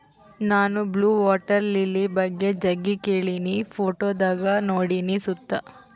ನಾನು blue water lily ಬಗ್ಗೆ ಜಗ್ಗಿ ಕೇಳಿನಿ, ಫೋಟೋದಾಗ ನೋಡಿನಿ ಸುತ